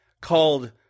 called